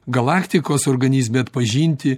galaktikos organizme atpažinti